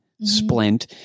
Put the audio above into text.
splint